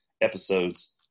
episodes